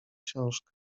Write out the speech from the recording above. książkę